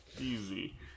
Easy